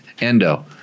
Endo